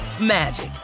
magic